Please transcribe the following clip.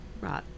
Right